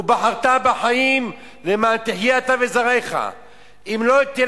ובחרת בחיים למען תחיה אתה וזרעך אם לא תהיה